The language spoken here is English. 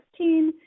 2016